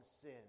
sin